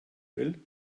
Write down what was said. will